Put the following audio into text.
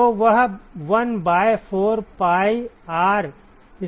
तो वह 1 by 4 pi R square होगा